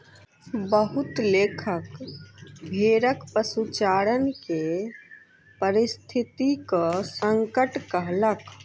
बहुत लेखक भेड़क पशुचारण के पारिस्थितिक संकट कहलक